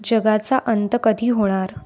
जगाचा अंत कधी होणार